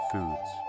Foods